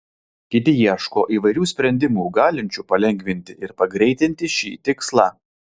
kiti ieško įvairių sprendimų galinčių palengvinti ir pagreitinti šį tikslą